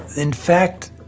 in fact,